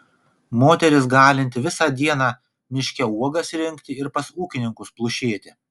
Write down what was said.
moteris galinti visą dieną miške uogas rinkti ir pas ūkininkus plušėti